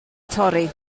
torri